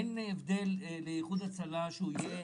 אין הבדל לאיחוד הצלה שהוא יהיה